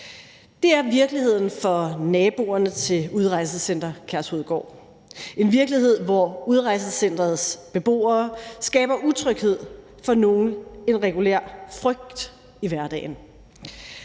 Det er virkeligheden for naboerne til Udrejsecenter Kærshovedgård – en virkelighed, hvor udrejsecenterets beboere skaber utryghed og for nogen en regulær frygt i hverdagen.